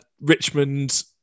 Richmond